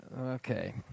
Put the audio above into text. Okay